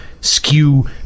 skew